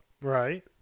Right